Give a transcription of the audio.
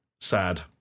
Sad